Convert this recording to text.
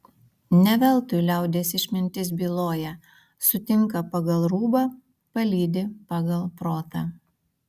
ne veltui liaudies išmintis byloja sutinka pagal rūbą palydi pagal protą